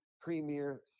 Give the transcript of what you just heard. premier